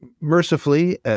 mercifully